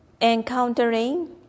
encountering